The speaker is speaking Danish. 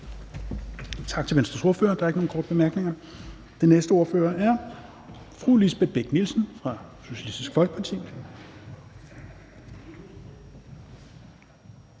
Tak til Venstres ordfører. Der er ikke nogen korte bemærkninger. Den næste ordfører er fru Lisbeth Bech-Nielsen fra Socialistisk Folkeparti.